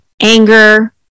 anger